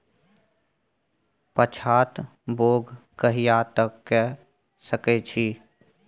पछात बौग कहिया तक के सकै छी?